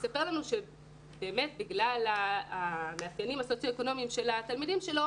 מספר לנו שבאמת בגלל המאפיינים הסוציו אקונומיים של התלמידים שלו,